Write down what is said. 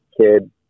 kid